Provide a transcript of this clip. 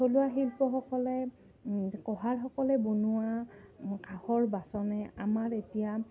থলুৱা শিল্পসকলে কঢ়াৰসকলে বনোৱা কাঁহৰ বাচনে আমাৰ এতিয়া